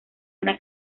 una